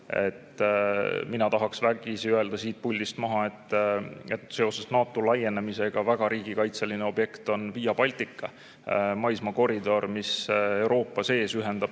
Mina tahaks vägisi öelda siit puldist maha, et seoses NATO laienemisega väga riigikaitseline objekt on Via Baltica – maismaakoridor, mis Euroopa sees ühendab